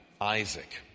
Isaac